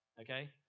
okay